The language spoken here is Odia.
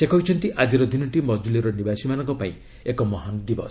ସେ କହିଛନ୍ତି ଆଜିର ଦିନଟି ମକୁଲୀର ନିବାସୀମାନଙ୍କ ପାଇଁ ଏକ ମହାନ ଦିବସ